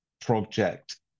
project